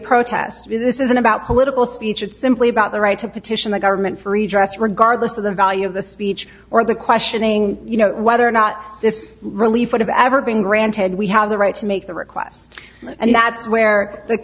isn't about political speech it's simply about the right to petition the government for redress regardless of the value of the speech or the questioning you know whether or not this relief would have ever been granted we have the right to make the request and that's where the